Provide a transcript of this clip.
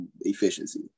efficiency